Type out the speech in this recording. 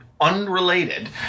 unrelated